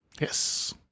Yes